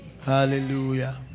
hallelujah